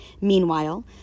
Meanwhile